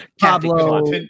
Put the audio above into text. Pablo